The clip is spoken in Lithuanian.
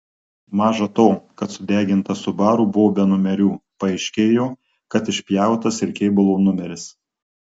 maža to kad sudegintas subaru buvo be numerių paaiškėjo kad išpjautas ir kėbulo numeris